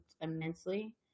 immensely